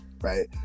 Right